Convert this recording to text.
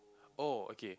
oh okay